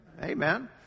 Amen